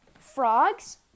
frogs